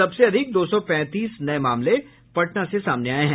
सबसे अधिक दो सौ पैंतीस नये मामले पटना से सामने आये हैं